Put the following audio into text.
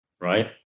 right